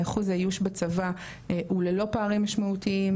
אחוז האיוש בצבא הוא ללא פערים משמעותיים,